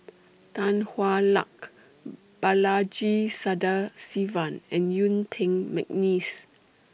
Tan Hwa Luck Balaji Sadasivan and Yuen Peng Mcneice